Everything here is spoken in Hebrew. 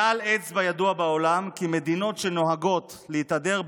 כלל אצבע ידוע בעולם כי מדינות שנוהגות להתהדר,